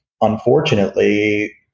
unfortunately